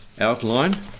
outline